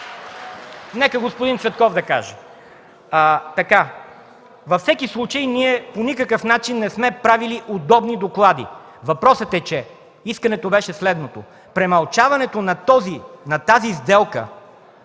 Нека господин Цветков да каже. Във всеки случай ние по никакъв начин не сме правили удобни доклади. Въпросът е, че искането беше следното: според възразилия